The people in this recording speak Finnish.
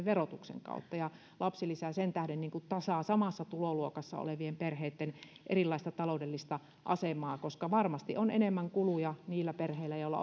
verotuksen kautta lapsilisä sen tähden niin kuin tasaa samassa tuloluokassa olevien perheitten erilaista taloudellista asemaa koska varmasti on enemmän kuluja niillä perheillä joilla